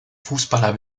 fußballer